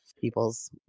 people's